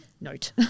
note